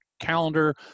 calendar